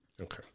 Okay